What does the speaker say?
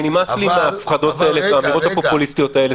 נמאס לי מההפחדות האלה ומהאמירות הפופוליסטיות האלה.